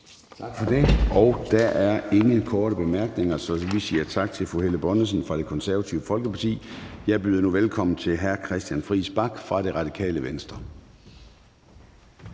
Tak for det, og der er ingen korte bemærkninger, så vi siger tak til fru Helle Bonnesen fra Det Konservative Folkeparti. Jeg byder nu velkommen til hr. Christian Friis Bach fra Radikale Venstre.